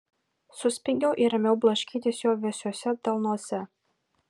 suspiegiau ir ėmiau blaškytis jo vėsiuose delnuose